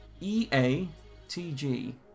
E-A-T-G